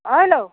अ हेल